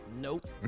Nope